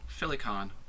PhillyCon